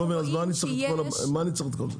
אני לא מבין, אז מה אני צריך את כל זה?